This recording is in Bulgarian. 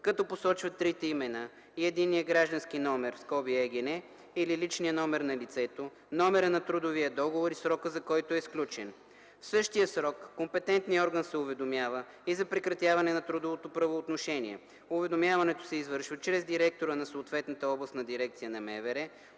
като посочват трите имена, единния граждански номер (ЕГН) или личния номер на лицето, номера на трудовия договор и срока, за който е сключен. В същия срок компетентният орган се уведомява и за прекратяване на трудовото правоотношение. Уведомяването се извършва чрез директора на съответната областна дирекция на МВР,